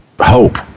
hope